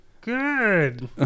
good